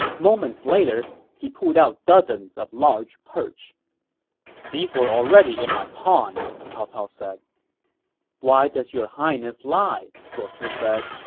moments later, he pulled out dozens of large perch these were already in my pond, cao cao said why does your highness lie? zuo ci said.